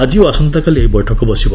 ଆଜି ଓ ଆସନ୍ତାକାଲି ଏହି ବୈଠକ ବସିବ